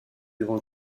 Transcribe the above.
devant